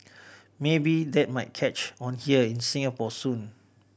maybe that might catch on here in Singapore soon